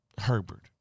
Herbert